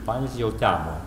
į panevėžį jau temo